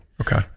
Okay